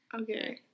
Okay